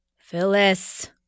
phyllis